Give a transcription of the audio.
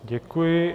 Děkuji.